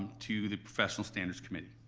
to the professional standards committee.